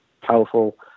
powerful